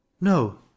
No